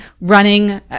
running